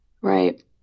Right